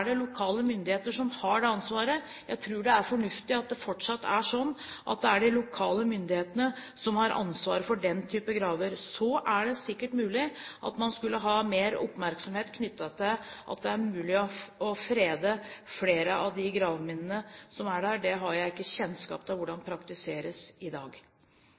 lokale myndigheter som har det ansvaret. Jeg tror det er fornuftig at det fortsatt er slik at det er de lokale myndighetene som har ansvaret for den typen graver. Så er det sikkert mulig at man skulle ha mer oppmerksomhet knyttet til om det er mulig å frede flere av de gravminnene som er der. Det har jeg ikke kjennskap til hvordan praktiseres i dag.